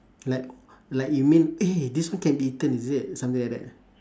like like you mean eh this one can be eaten is it something like that